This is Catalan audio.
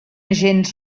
gens